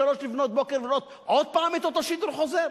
שלוש לפנות בוקר ולראות עוד פעם את אותו שידור חוזר.